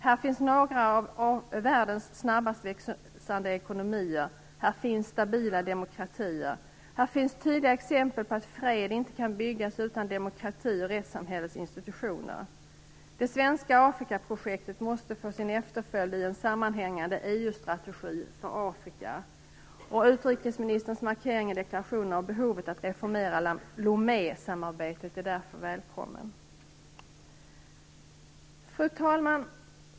Här finns några av världens snabbast växande ekonomier. Här finns stabila demokratier. Här finns tydliga exempel på att fred inte kan byggas utan demokrati och rättssamhällets institutioner. Det svenska Afrikaprojektet måste få sin efterföljd i en sammanhängande EU strategi för Afrika. Utrikesministerns markering i deklarationen av behovet att reformera Lomésamarbetet är därför välkommen. Fru talman!